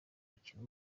mukino